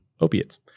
opiates